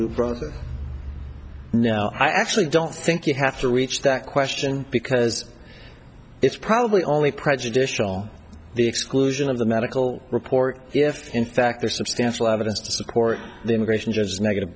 now i actually don't think you have to reach that question because it's probably only prejudicial the exclusion of the medical report if in fact there's substantial evidence to support the immigration has negative